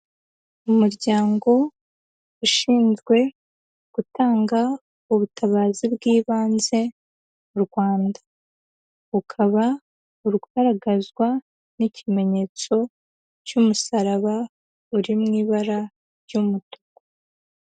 Umuryango ushinzwe gutanga ubutabazi bw'ibanze mu Rwanda, ukaba ugaragazwa n'ikimenyetso cy'umusaraba, uri mui ibara ry'umutuku.